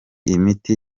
imiti